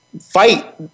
fight